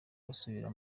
basubira